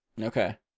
Okay